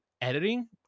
editing